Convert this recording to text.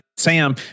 Sam